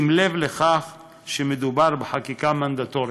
בשים לב לכך שמדובר בחקיקה מנדטורית.